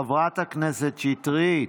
חברת הכנסת שטרית.